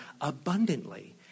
abundantly